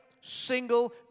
single